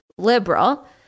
liberal